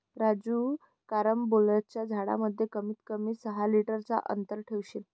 राजू कारंबोलाच्या झाडांमध्ये कमीत कमी सहा मीटर चा अंतर ठेवशील